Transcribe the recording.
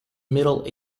middle